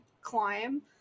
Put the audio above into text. climb